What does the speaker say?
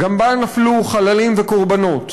גם בה נפלו חללים וקורבנות.